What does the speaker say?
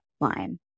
line